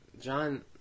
John